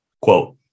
quote